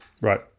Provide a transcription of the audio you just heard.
Right